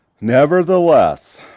Nevertheless